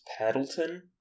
Paddleton